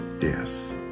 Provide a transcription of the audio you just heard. Yes